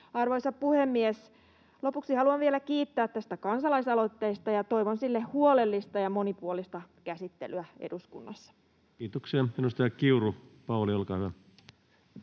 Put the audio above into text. Arvoisa puhemies! Lopuksi haluan vielä kiittää tästä kansalaisaloitteesta, ja toivon sille huolellista ja monipuolista käsittelyä eduskunnassa. [Speech 151] Speaker: Ensimmäinen